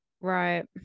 Right